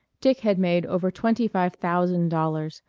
dick had made over twenty-five thousand dollars,